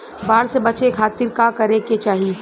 बाढ़ से बचे खातिर का करे के चाहीं?